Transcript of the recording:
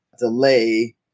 delay